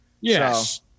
Yes